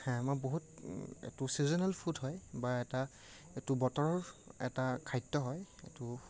মই বহুতএইটো seasonal fruit হয় বা এটা এইটো বতৰৰ এটা খাদ্য হয় এইটো